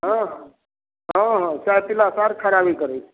हँ हँ हँ हँ चाय पिला सँ आर खराबी करै छै